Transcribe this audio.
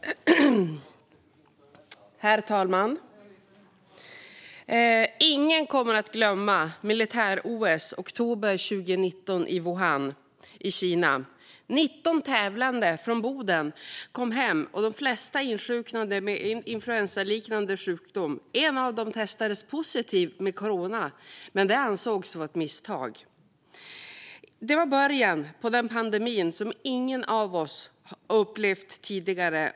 Handläggande myndighet för ärenden om stöd vid korttidsarbete Herr talman! Ingen kommer att glömma militär-OS i oktober 2019 i Wuhan, Kina. Av de 19 tävlande från Boden som kom hem insjuknade de flesta i en influensaliknande sjukdom. En av dem testade positivt för corona, men det ansågs vara ett misstag. Det var början på en pandemi som ingen av oss upplevt tidigare.